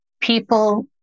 people